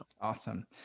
Awesome